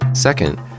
Second